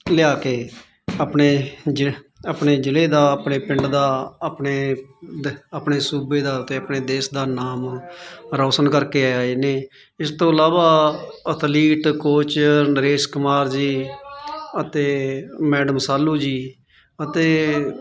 ਲਿਆ ਕੇ ਆਪਣੇ ਜ ਆਪਣੇ ਜਿਲ੍ਹੇ ਦਾ ਆਪਣੇ ਪਿੰਡ ਦਾ ਆਪਣੇ ਆਪਣੇ ਸੂਬੇਦਾਰ ਤੇ ਆਪਣੇ ਦੇਸ਼ ਦਾ ਨਾਮ ਰੌਸ਼ਨ ਕਰਕੇ ਆਏ ਨੇ ਇਸ ਤੋਂ ਇਲਾਵਾ ਐਥਲੀਟ ਕੋਚ ਨਰੇਸ਼ ਕੁਮਾਰ ਜੀ ਅਤੇ ਮੈਡਮ ਸਾਲੂ ਜੀ ਅਤੇ